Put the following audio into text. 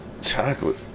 Chocolate